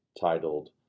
titled